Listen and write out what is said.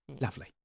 Lovely